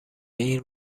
این